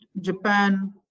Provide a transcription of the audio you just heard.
Japan